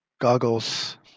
Goggles